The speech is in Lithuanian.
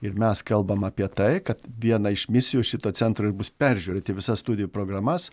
ir mes kalbam apie tai kad viena iš misijų šito centro peržiūrėti visas studijų programas